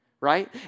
right